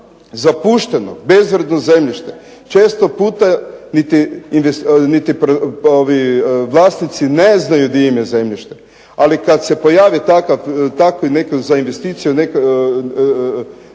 zapušteno, bezvrijedno zemljište često puta niti vlasnici ne znaju di im je zemljište, ali kad se pojavi takvi neki za investiciju neki